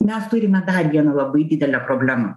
mes turime dar vieną labai didelę problemą